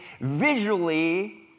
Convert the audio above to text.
visually